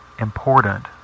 important